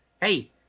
hey